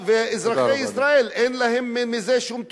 ואזרחי ישראל אין להם מזה שום תועלת.